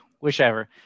Whichever